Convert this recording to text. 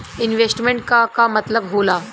Investment क का मतलब हो ला?